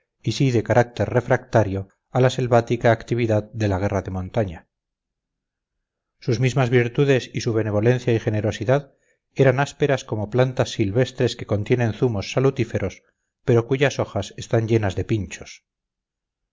y sí de carácter refractario a la selvática actividad de la guerra de montaña sus mismas virtudes y su benevolencia y generosidad eran ásperas como plantas silvestres que contienen zumos salutíferos pero cuyas hojas están llenas de pinchos